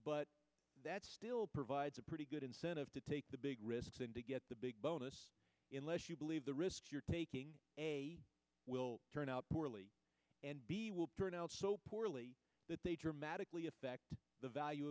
but that still provides a pretty good incentive to take the big risks and to get the big bonus in less you believe the risk you're taking will turn out poorly and will turn out so poorly that they dramatically affect the value